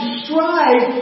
strive